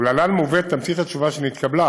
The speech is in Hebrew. ולהלן מובאת תמצית התשובה שנתקבלה.